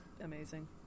Amazing